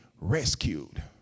rescued